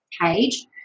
page